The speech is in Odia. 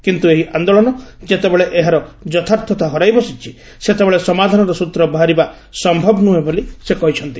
କିନ୍ତୁ ଏହି ଆନ୍ଦୋଳନ ଯେତେବେଳେ ଏହାର ଯଥାର୍ଥତା ହରାଇ ବସିଛି ସେତେବେଳେ ସମାଧାନର ସୂତ୍ର ବାହାରିବା ସମ୍ଭବ ନୁହେଁ ବୋଲି ସେ କହିଛନ୍ତି